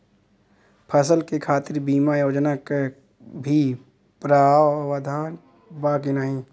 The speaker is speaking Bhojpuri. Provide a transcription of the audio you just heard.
फसल के खातीर बिमा योजना क भी प्रवाधान बा की नाही?